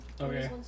Okay